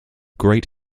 great